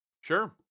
Sure